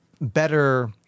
better